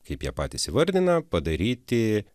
kaip jie patys įvardina padaryti